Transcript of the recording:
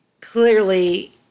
clearly